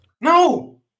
No